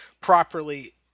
properly